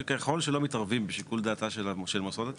שככל שלא מתערבים בשיקול דעתם של מוסדות התכנון,